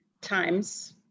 times